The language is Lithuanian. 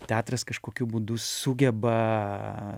teatras kažkokiu būdu sugeba